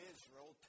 Israel